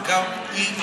אבל גם אי-עשייה,